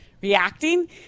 reacting